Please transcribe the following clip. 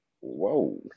whoa